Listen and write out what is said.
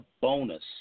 bonus